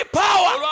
power